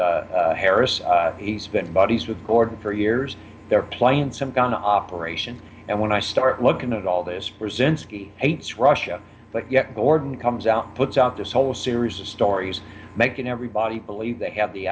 but harris he's been buddies with gordon for years they're playing some gun operation and when i start looking at all this brzezinski hates russia but yet gordon comes out puts out this whole series of stories making everybody believe they have the